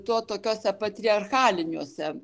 to tokiuose patriarchaliniuose